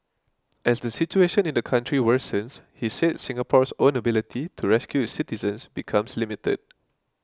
as the situation in the country worsens he said Singapore's own ability to rescue its citizens becomes limited